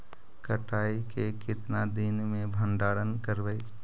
कटाई के कितना दिन मे भंडारन करबय?